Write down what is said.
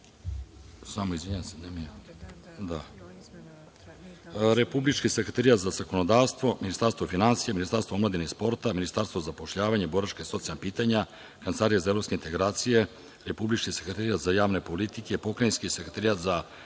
Republički sekretarijat za zakonodavstvo, Ministarstvo finansija, Ministarstvo omladine i sporta, Ministarstvo za zapošljavanje, boračka i socijalna pitanja, Kancelarija za evropske integracije, Republički sekretarijat za javne politike, Pokrajinski sekretarijat za